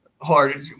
hard